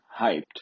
hyped